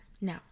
now